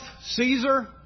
Caesar